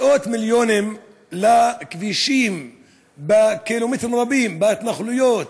מאות מיליונים לכבישים בקילומטרים רבים בהתנחלויות,